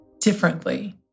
differently